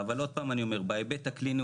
בסוף רצפת הרכש היא גם באה לבטא איזה